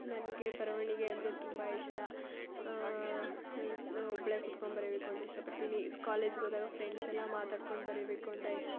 ನನಗೆ ಬರವಣಿಗೆ ಅಂದರೆ ತುಂಬ ಇಷ್ಟ ನಾ ಒಬ್ಬಳೇ ಕೂತ್ಕೊಂಡು ಬರೀಬೇಕು ಅಂತ ಇಷ್ಟಪಡ್ತೀನಿ ಕಾಲೇಜ್ಗೆ ಹೋದಾಗ ಫ್ರೆಂಡ್ಸೆಲ್ಲ ಮಾತಾಡ್ಕೊಂಡು ಬರೀಬೇಕು ಅಂತ ಇಷ್ಟಪಡು